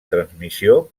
transmissió